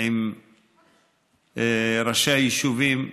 עם ראשי היישובים באזור,